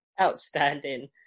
Outstanding